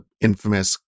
infamous